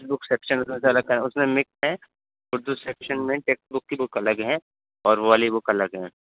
text book section ال الگ ہے اس میں مکس ہے اردو سیکشن میں ٹیکسٹ بک کی بک الگ ہیں اور والی بک الگ ہیں